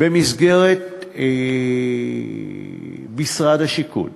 במסגרת משרד השיכון